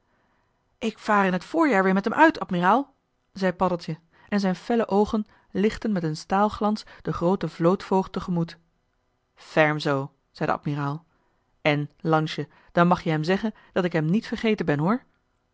ik vaar in t voorjaar weer met hem uit admiraal zei paddeltje en z'n felle oogen lichtten met een staalglans den grooten vlootvoogd te gemoet ferm zoo zei de admiraal en lansje dan mag je hem zeggen dat ik hem niet vergeten ben hoor